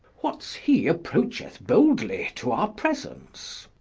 what's hee approacheth boldly to our presence?